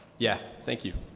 yeah, thank you.